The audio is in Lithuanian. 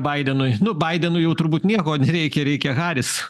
baidenui nu baidenui jau turbūt nieko nereikia reikia haris